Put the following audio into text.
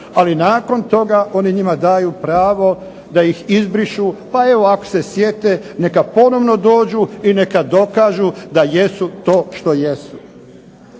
ali nakon toga oni njima daju pravo da ih izbrišu, pa evo ako se sjete neka ponovno dođu i neka dokažu da jesu to što jesu.